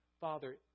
Father